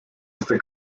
este